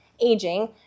aging